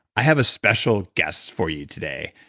i have a special guest for you today.